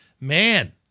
Man